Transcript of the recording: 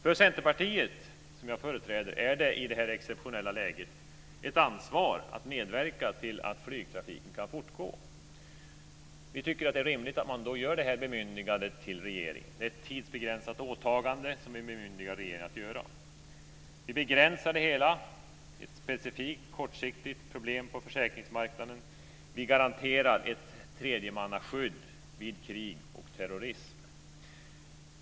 För Centerpartiet, som jag företräder, är det i detta exceptionella läge ett ansvar att medverka till att flygtrafiken kan fortgå. Vi tycker då att det är rimligt att ge detta bemyndigande till regeringen. Det är ett tidsbegränsat åtagande som vi bemyndigar regeringen att göra. Vi begränsar det hela. Det är ett specifikt, kortsiktigt problem på försäkringsmarknaden. Vi garanterar ett tredjemansskydd vid krig och terrorism.